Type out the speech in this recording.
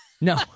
No